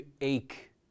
ache